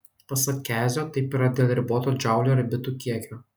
pasak kezio taip yra dėl riboto džaulių ar bitų kiekio